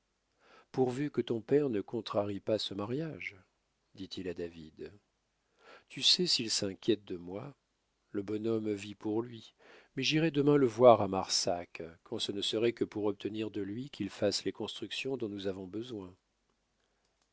pourvu que ton père ne contrarie pas ce mariage dit-il à david tu sais s'il s'inquiète de moi le bonhomme vit pour lui mais j'irai demain le voir à marsac quand ce ne serait que pour obtenir de lui qu'il fasse les constructions dont nous avons besoin